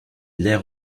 l’air